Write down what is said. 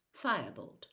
Firebolt